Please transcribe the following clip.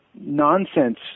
nonsense